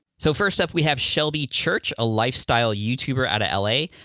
so first up, we have shelby church, a lifestyle youtuber out of l a.